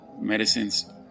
medicines